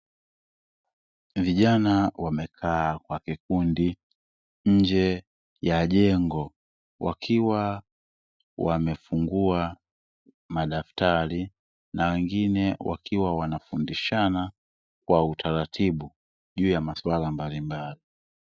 Vijana wamekaa kwa vikundi nje ya jengo wakiwa wamefungua madaftari na wengine wakiwa wanafundishana, kwa utaratibu juu ya maswala mbalimbali.